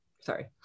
sorry